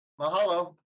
Mahalo